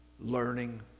learning